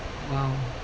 !wow!